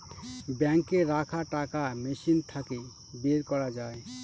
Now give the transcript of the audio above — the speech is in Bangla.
বাঙ্কে রাখা টাকা মেশিন থাকে বের করা যায়